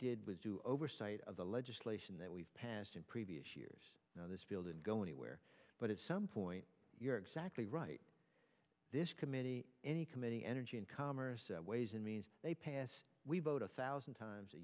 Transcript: did was do oversight of the legislation that we've passed in previous years now this field and go anywhere but it's some point you're exactly right this committee any committee energy and commerce ways and means they pass we vote a thousand times a